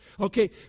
okay